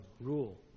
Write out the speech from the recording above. rule